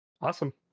Awesome